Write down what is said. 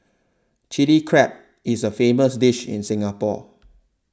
Chilli Crab is a famous dish in Singapore